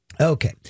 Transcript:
Okay